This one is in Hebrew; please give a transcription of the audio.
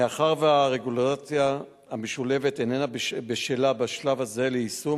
מאחר שהרגולציה המשולבת איננה בשלה בשלב הזה ליישום,